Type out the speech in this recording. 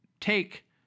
take